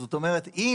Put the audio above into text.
אם